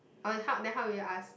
okay how then how will you ask